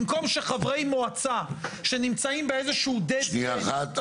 במקום שחברי מועצה שנמצאים באיזה שהוא מבוי סתום --- שנייה אחת.